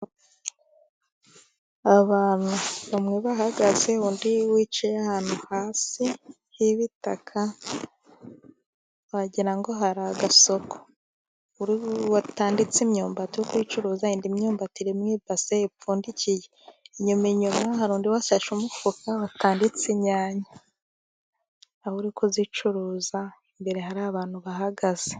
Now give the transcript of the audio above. Abantu bamwe bahagaze undi wicaye ahantu hasi h'ibitaka wagira ngo hari agasoko watanditse imyumbati ari kuyicuruza. indi myumbati iri mu ibase ipfundikiye ,inyuma inyuma hari undi washashe umufuka watanditse inyanya nawe uri kuzicuruza, imbere hari abantu bahagaze.